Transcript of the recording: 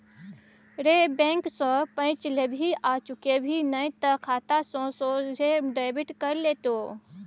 रे बैंक सँ पैंच लेबिही आ चुकेबिही नहि तए खाता सँ सोझे डेबिट कए लेतौ